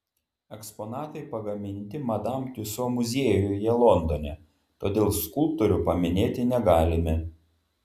eksponatai pagaminti madam tiuso muziejuje londone todėl skulptorių paminėti negalime